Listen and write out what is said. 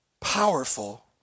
powerful